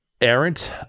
Errant